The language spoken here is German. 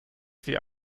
sie